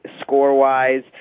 score-wise